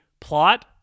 plot